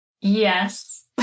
Yes